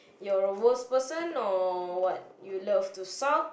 your worse person or what you like to sulk